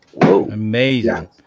Amazing